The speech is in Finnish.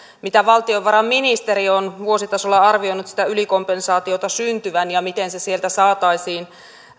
mitä valtiovarainministeriö on vuositasolla arvioinut sitä ylikompensaatiota syntyvän ja miten se sieltä saataisiin